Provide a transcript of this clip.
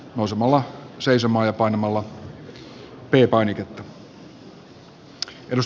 hosumalla on suullinen kyselytunti